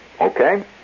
Okay